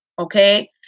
okay